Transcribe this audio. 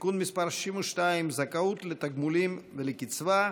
(תיקון מס' 62) (זכאות לתגמולים ולקצבה),